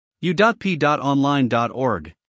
u.p.online.org